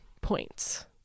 points